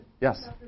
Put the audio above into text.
yes